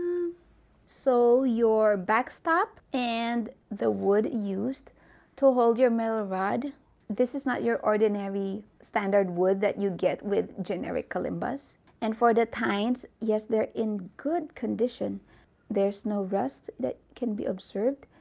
so your backstop and the wood used to hold your metal rod this is not your ordinary standard wood that you get with generic kalimbas and for the tines, yes they're in good condition there's no rust that can be observed